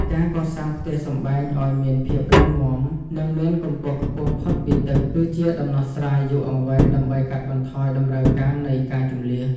ការកសាងផ្ទះសម្បែងឱ្យមានភាពរឹងមាំ និងមានកម្ពស់ខ្ពស់ផុតពីទឹក គឺជាដំណោះស្រាយយូរអង្វែងដើម្បីកាត់បន្ថយតម្រូវការនៃការជម្លៀស។